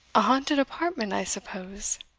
a haunted apartment, i suppose?